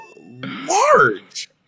large